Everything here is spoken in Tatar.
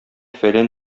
фәлән